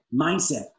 mindset